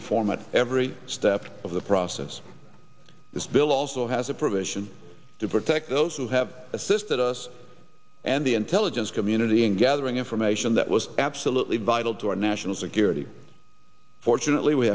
informed at every step of the process this bill also has a provision to put those who have assisted us and the intelligence community in gathering information that was absolutely vital to our national security fortunately we